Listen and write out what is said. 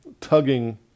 tugging